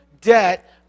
debt